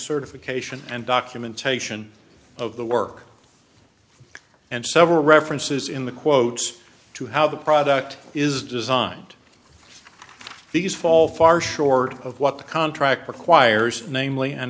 certification and documentation of the work and several references in the quote to how the product is designed these fall far short of what the contract requires namely an